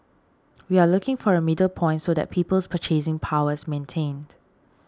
we are looking for a middle point so that people's purchasing power is maintained